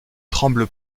tremble